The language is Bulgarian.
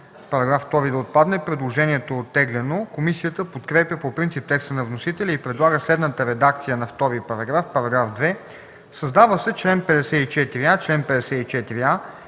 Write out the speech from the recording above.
-§ 2 да отпадне. Предложението е оттеглено. Комисията подкрепя по принцип текста на вносителя и предлага следната редакция на § 2: „§ 2. Създава се чл. 54а: „Чл. 54а.